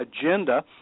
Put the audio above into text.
agenda